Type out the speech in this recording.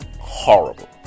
Horrible